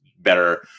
better